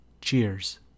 Cheers